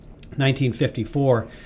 1954